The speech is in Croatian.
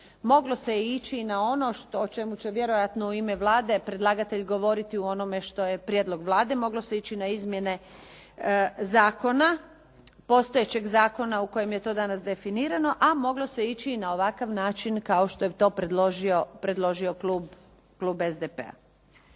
Moglo se ići na ono o čemu će vjerojatno u ime Vlade predlagatelj govoriti o onome što je prijedlog Vlade, moglo se ići na izmjene zakona, postojećeg zakona u kojem je to danas definirano, a moglo se ići i na ovakav način kao što je to predložio klub SDP-a.